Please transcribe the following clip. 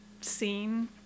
scene